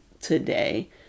today